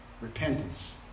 repentance